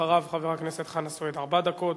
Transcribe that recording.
אחריו, חבר הכנסת חנא סוייד, ארבע דקות.